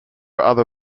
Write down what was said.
other